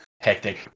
hectic